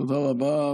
תודה רבה.